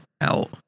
out